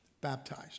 baptized